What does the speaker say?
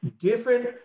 different